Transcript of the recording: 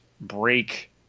break